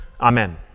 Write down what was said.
Amen